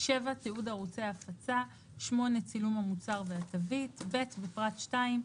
"(7)תיעוד ערוצי ההפצה; (8)צילום המוצר והתווית."; (ב)בפרט 2,